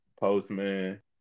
Postman